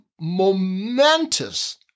momentous